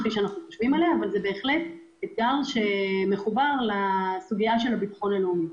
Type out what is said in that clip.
אבל זה בהחלט אתגר שמחובר לסוגיה של הביטחון הלאומי.